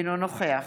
אינו נוכח